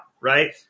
right